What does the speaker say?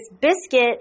biscuit